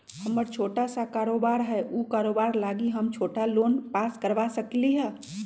हमर छोटा सा कारोबार है उ कारोबार लागी हम छोटा लोन पास करवा सकली ह?